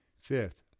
Fifth